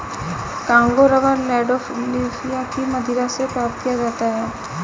Congo rubber Landolphia की मदिरा से प्राप्त किया जाता है